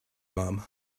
mum